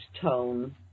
tone